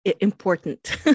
important